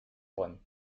egon